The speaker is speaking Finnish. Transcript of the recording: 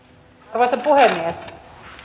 arvoisa puhemies